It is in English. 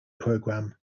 program